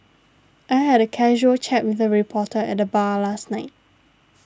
I had a casual chat with a reporter at the bar last night